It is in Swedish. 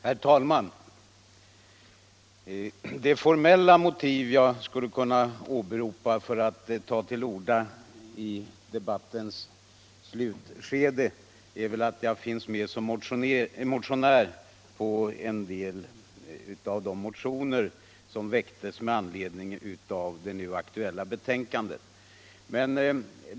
Herr talman! Den formella anledning jag skulle kunna åberopa för att ta till orda i debattens slutskede är att jag finns med som motionär på en del av de motioner som väcktes i anslutning till den nu aktuella propositionen.